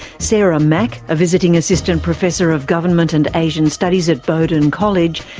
sarah mak, a visiting assistant professor of government and asian studies at bowdoin college,